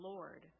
Lord